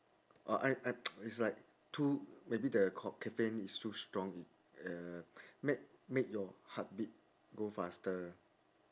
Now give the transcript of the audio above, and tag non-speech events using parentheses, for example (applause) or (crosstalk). oh I I (noise) it's like too maybe the co~ caffeine is too strong it uh make make your heartbeat go faster